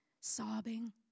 sobbing